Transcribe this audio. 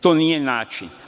To nije način.